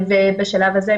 בשלב הזה,